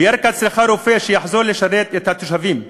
וירכא צריכה רופא שיחזור לשרת את התושבים.